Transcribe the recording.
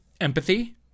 Empathy